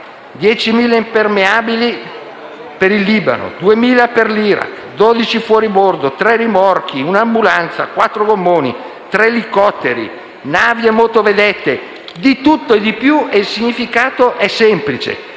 10.000 impermeabili per il Libano, 2.000 per l'Iraq, 12 fuoribordo, tre rimorchi, un'ambulanza, quattro gommoni, tre elicotteri, navi e motovedette, di tutto di più. Il significato è semplice: